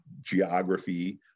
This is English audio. geography